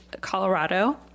Colorado